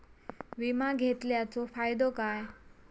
विमा घेतल्याचो फाईदो काय?